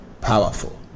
powerful